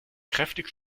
kräftig